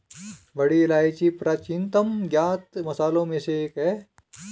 बड़ी इलायची प्राचीनतम ज्ञात मसालों में से एक है